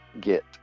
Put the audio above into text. get